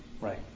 Right